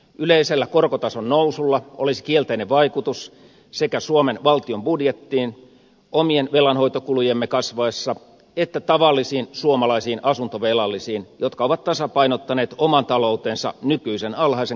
yleisellä korkotason nousulla olisi kielteinen vaikutus sekä suomen valtion budjettiin omien velanhoitokulujemme kasvaessa että tavallisiin suomalaisiin asuntovelallisiin jotka ovat tasapainottaneet oman taloutensa nykyisen alhaisen korkotason mukaan